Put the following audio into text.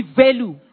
value